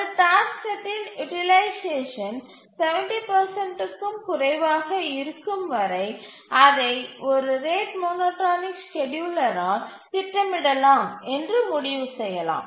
ஒரு டாஸ்க் செட்டின் யூட்டிலைசேஷன் 70 க்கும் குறைவாக இருக்கும் வரை அதை ஒரு ரேட் மோனோடோனிக் ஸ்கேட்யூலரால் திட்டமிடலாம் என்று முடிவு செய்யலாம்